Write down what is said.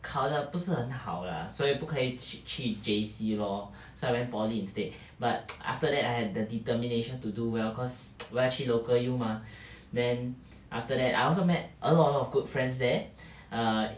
考得不是很好啦所以不可以去去 J_C lor so I went poly instead but after that I had the determination to do well cause 我要去 local U mah then after that I also met a lot a lot of good friends there err